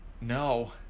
no